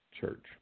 church